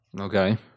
Okay